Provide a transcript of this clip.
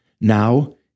Now